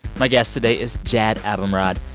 my guest today is jad abumrad.